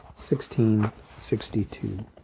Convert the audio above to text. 1662